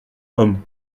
homme